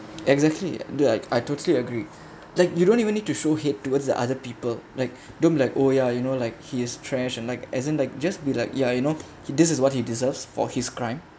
exactly like I totally agree like you don't even need to show head towards the other people like don't like oh ya you know like he is trash and like as in like just be like ya you know he this is what he deserves for his crime